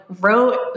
wrote